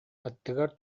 аттыгар